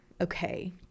okay